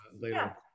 later